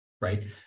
right